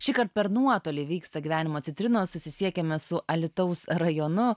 šįkart per nuotolį vyksta gyvenimo citrinos susisiekiame su alytaus rajonu